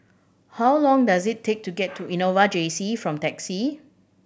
how long does it take to get to Innova J C from taxi